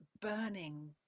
burning